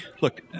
look